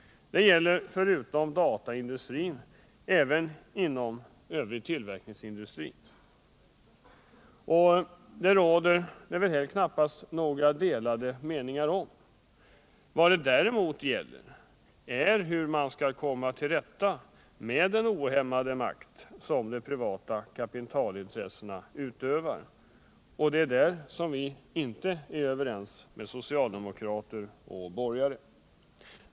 Förutom i dataindustrin gäller det även inom övrig tillverkningsindustri — det råder det väl knappast några delade meningar om. Vad frågan däremot gäller är hur man skall komma till rätta med den ohämmade makt som de privata kapitalintressena utövar. Det är på den punkten som vi inte är överens med socialdemokrater och borgare.